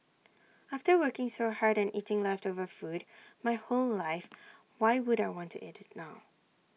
after working so hard and eating leftover food my whole life why would I want to eat IT now